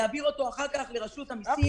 יעביר אותו אחר כך לרשות המיסים -- גפני,